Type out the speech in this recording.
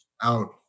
out